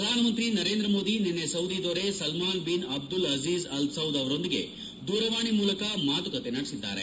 ಪ್ರಧಾನಮಂತ್ರಿ ನರೇಂದ್ರ ಮೋದಿ ನಿನ್ನೆ ಸೌದಿ ದೊರೆ Salman bin Abdul Aziz Al Saud ಅವರೊಂದಿಗೆ ದೂರವಾಣಿ ಮೂಲಕ ಮಾತುಕತೆ ನಡೆಸಿದ್ದಾರೆ